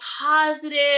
positive